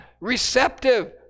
receptive